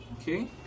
okay